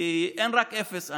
אין רק אפס,